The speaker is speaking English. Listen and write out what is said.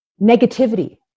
negativity